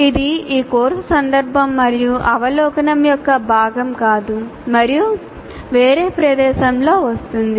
ఇది ఈ కోర్సు సందర్భం మరియు అవలోకనం యొక్క భాగం కాదు మరియు వేరే ప్రదేశంలో వస్తుంది